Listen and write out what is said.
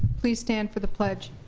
please stand for the pledge.